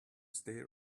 stay